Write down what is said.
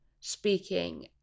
speaking